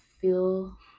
feel